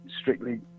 strictly